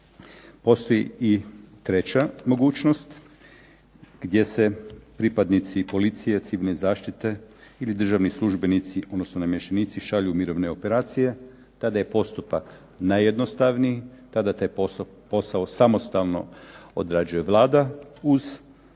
Postoji i treća mogućnost, gdje se pripadnici policije, civilne zaštite ili državni službenici, odnosno namještenici šalju u mirovne operacije, tada je postupak najjednostavniji, tada taj posao samostalno odrađuje Vlada, uz